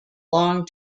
long